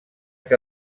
que